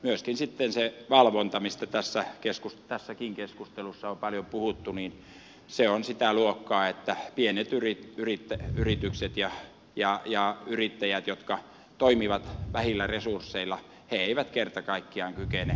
myöskin valvonta mistä tässäkin keskustelussa on paljon puhuttu on sitä luokkaa että pienet yritykset ja yrittäjät jotka toimivat vähillä resursseilla eivät kerta kaikkiaan kykene toimimaan